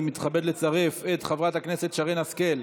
אני מתכבד לצרף את חברת הכנסת שרן השכל,